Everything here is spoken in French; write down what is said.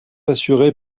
assurés